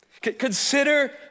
Consider